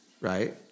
right